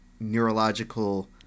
Neurological